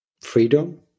freedom